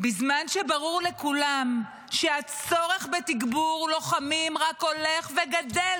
בזמן שברור לכולם שהצורך בתגבור לוחמים רק הולך וגדל,